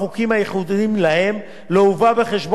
לא יובא בחשבון בנוסחת השילוב, ובנוסף